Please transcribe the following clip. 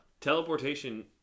teleportation